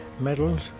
medals